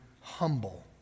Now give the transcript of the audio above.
humble